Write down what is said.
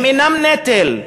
הם אינם נטל,